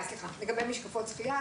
שחייה,